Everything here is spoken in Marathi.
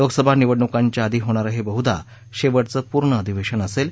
लोकसभा निवडणुकांच्या आधी होणारं हे बह्धा शेवटचं पूर्ण अधिवेशन असेल